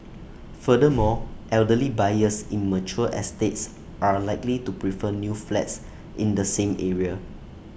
furthermore elderly buyers in mature estates are likely to prefer new flats in the same area